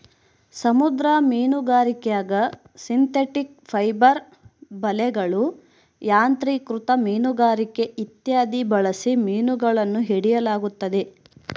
ಸಮುದ್ರ ಮೀನುಗಾರಿಕ್ಯಾಗ synthetic fibre ಬಲೆಗಳು, ಯಾಂತ್ರಿಕೃತ ಮೀನುಗಾರಿಕೆ ಇತ್ಯಾದಿ ಬಳಸಿ ಮೀನುಗಳನ್ನು ಹಿಡಿಯಲಾಗುತ್ತದೆ